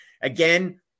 Again